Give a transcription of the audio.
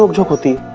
um property.